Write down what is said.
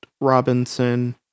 Robinson